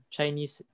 Chinese